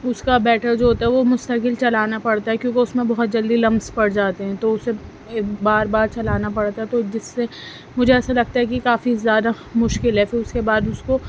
اس کا بیٹر جو ہوتا ہے وہ مستقل چلانا پڑتا ہے کیونکہ اس میں بہت جلدی لمس پڑ جاتے ہیں تو اسے بار بار چلانا پڑتا ہے تو جس سے مجھے ایسے لگتا ہے کہ کافی زیادہ مشکل ہے پھر اس کے بعد اس کو